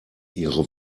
ihre